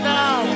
now